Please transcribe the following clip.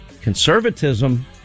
Conservatism